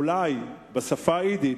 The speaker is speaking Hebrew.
אולי בשפה היידית,